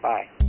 Bye